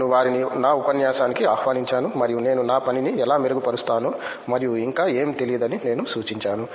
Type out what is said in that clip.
నేను వారిని నా ఉపన్యాసానికి ఆహ్వానించాను మరియు నేను నా పనిని ఎలా మెరుగుపరుస్తానో మరియు ఇంకా ఏమి తెలియదని నేను సూచించాను